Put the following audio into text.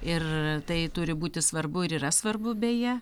ir tai turi būti svarbu ir yra svarbu beje